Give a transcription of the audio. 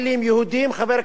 חבר הכנסת גילאון,